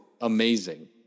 amazing